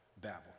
babel